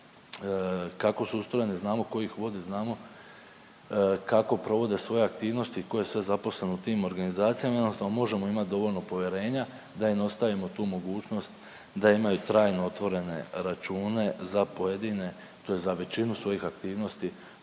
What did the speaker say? kako su ustrojeni, znamo tko ih vodi, znamo kako provode svoje aktivnosti, tko je sve zaposlen u tim organizacijama. Jednostavno možemo imati dovoljno povjerenja da im ostavimo tu mogućnost da imaju trajno otvorene račune za pojedine, tj. za većinu svojih aktivnosti